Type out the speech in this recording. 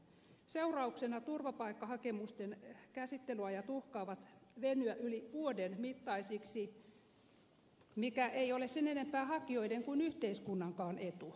sen seurauksena turvapaikkahakemusten käsittelyajat uhkaavat venyä yli vuoden mittaisiksi mikä ei ole sen enempää hakijoiden kuin yhteiskunnankaan etu